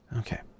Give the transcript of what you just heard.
okay